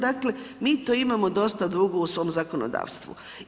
Dakle mi to imamo dosta dugo u svom zakonodavstvu.